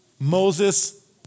Moses